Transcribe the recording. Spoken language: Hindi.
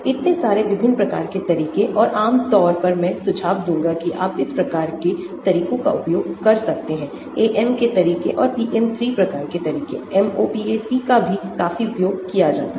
इतने सारे विभिन्न प्रकार के तरीके और आमतौर पर मैं सुझाव दूंगा कि आप इस प्रकार के तरीकों का उपयोग कर सकते हैं AM के तरीके और PM3 प्रकार के तरीके MOPAC का भी काफी उपयोग किया जाता है